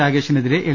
രാഗേഷിനെതിരെ L